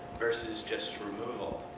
versus just removal.